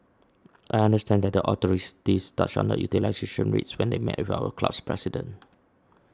I understand that the authorities touched on utilisations rates when they met with our club's president